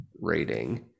rating